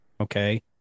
okay